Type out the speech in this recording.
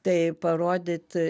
tai parodyti